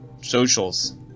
Socials